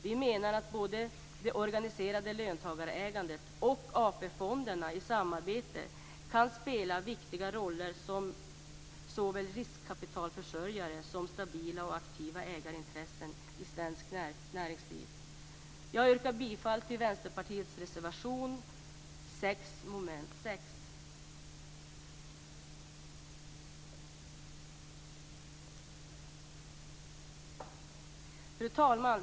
Vi menar att det organiserade löntagarägandet och AP fonderna i samarbete kan spela viktiga roller både som riskkapitalförsörjare och som stabila och aktiva ägarintressen i svenskt näringsliv. Jag yrkar bifall till Vänsterpartiets reservation 6 Fru talman!